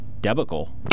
debacle